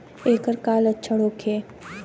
ऐकर का लक्षण होखे?